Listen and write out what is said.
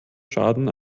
schaden